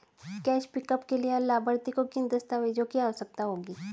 Cash pickup के लिए लाभार्थी को किन दस्तावेजों की आवश्यकता होगी?